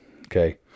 Okay